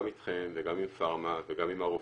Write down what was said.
גם איתכם וגם עם פארמה וגם עם הרופאים,